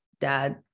Dad